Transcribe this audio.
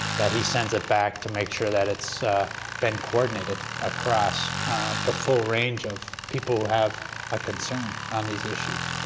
that he sends it back to make sure that it's been coordinated across the full range of people who have a concern on these issues.